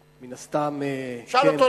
מן הסתם, שאל אותו.